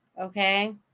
okay